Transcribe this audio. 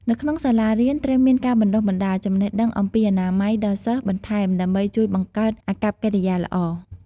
នៅក្នុងសាលារៀនត្រូវមានការបណ្តុះបណ្តាល ចំណេះដឺងអំពីអនាម័យដល់សិស្សបន្ថែមដើម្បីជួយបង្កើតអាកប្បកិរិយាល្អ។